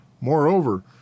Moreover